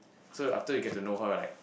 so after you get to know her like